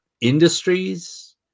industries